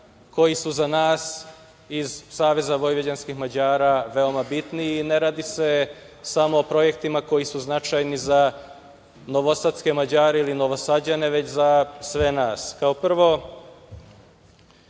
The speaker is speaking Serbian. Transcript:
koji su za nas iz SVM-a veoma bitni. Ne radi se samo o projektima koji su značajni za novosadske Mađare ili Novosađane već za sve nas. Kao prvo,